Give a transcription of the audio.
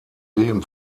leben